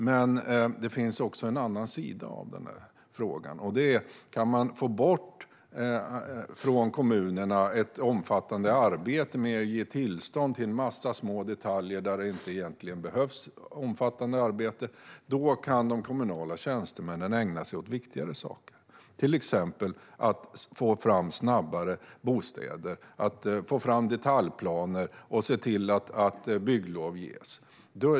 Men det finns också en annan sida av denna fråga, nämligen om man kan få bort ett omfattande arbete från kommunerna med att ge tillstånd till en massa små detaljer där det egentligen inte behövs ett omfattande arbete. Då kan de kommunala tjänstemännen ägna sig åt viktigare saker, till exempel att snabbare få fram bostäder, att få fram detaljplaner och se till att bygglov ges.